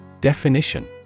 Definition